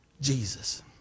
Jesus